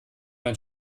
mein